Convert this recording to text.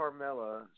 Carmella